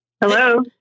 Hello